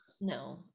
no